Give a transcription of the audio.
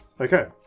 Okay